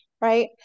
right